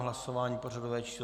Hlasování pořadové číslo 362.